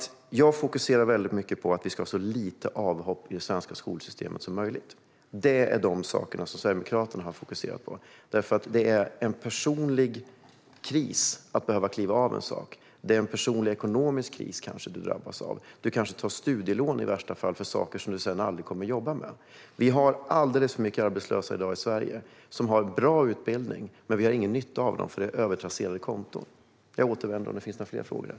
Jag fokuserar mycket på att det ska vara så få avhopp i det svenska skolsystemet som möjligt. Det är de sakerna som Sverigedemokraterna har fokuserat på. Det är en personlig kris att behöva kliva av en utbildning. Du kanske drabbas av en personlig ekonomisk kris. Du kanske i värsta fall tar studielån för saker som du sedan aldrig kommer att jobba med. Det finns alldeles för många arbetslösa i dag i Sverige som har bra utbildning, men vi har ingen nytta av dem eftersom det är fråga om övertrasserade konton.